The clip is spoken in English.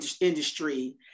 industry